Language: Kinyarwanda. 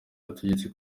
butegetsi